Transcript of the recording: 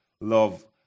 love